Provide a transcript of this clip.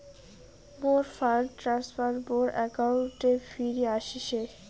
মোর fund transfer মোর অ্যাকাউন্টে ফিরি আশিসে